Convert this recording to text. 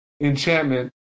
enchantment